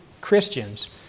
Christians